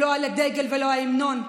לא על הדגל ולא על ההמנון.